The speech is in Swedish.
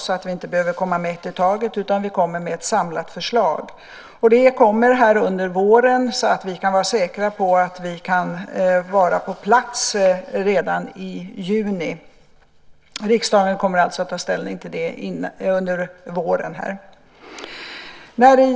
Vi vill inte komma med ett i taget utan kommer med ett samlat förslag. Detta kommer under våren så att vi kan vara säkra på att kunna vara på plats redan i juni. Riksdagen kommer alltså att ta ställning till det under våren.